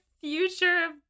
future